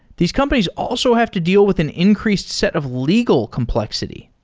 these companies also have to deal with an increased set of legal complexity.